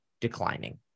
declining